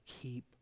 keep